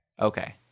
Okay